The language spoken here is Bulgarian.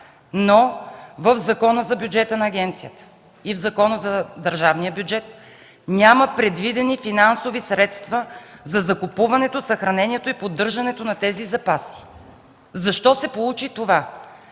но в закона за бюджета на агенцията и в Закона за държавния бюджет няма предвидени финансови средства за закупуването, съхранението и поддържането на тези запаси. Защо се получи това?